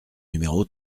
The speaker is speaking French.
numéro